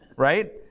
Right